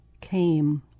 came